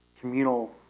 communal